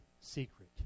secret